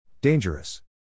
Dangerous